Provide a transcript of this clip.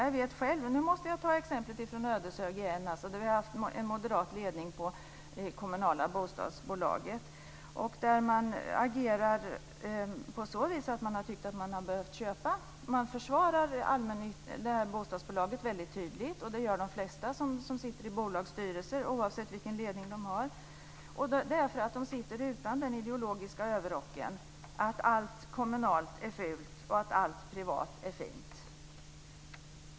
I Ödeshög - jag måste återigen ta Ödeshög som exempel - har vi haft en moderat ledning i det kommunala bostadsbolaget. Man försvarar bostadsbolaget väldigt tydligt; det gör väl de flesta som sitter med i bostadsstyrelser, oavsett vilken ledning de har. Så är det därför att de inte har den ideologiska överrocken att allt kommunalt är fult och att allt privat är fint.